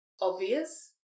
obvious